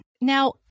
now